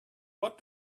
what